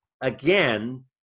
again